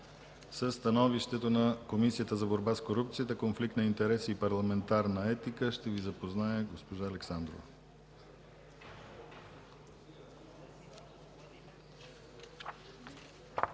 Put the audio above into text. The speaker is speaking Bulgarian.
Със становището на Комисията за борба с корупцията, конфликт на интереси и парламентарна етика ще Ви запознае госпожа Александрова.